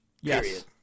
Yes